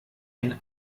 ein